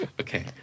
Okay